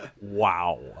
Wow